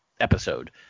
episode